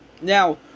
Now